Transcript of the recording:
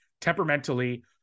temperamentally